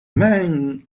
man